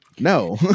No